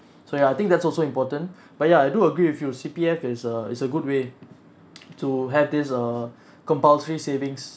so ya I think that's also important but ya I do agree with you C_P_F is a is a good way to have this err compulsory savings